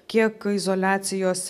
kiek izoliacijos